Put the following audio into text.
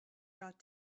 got